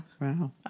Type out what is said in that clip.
Wow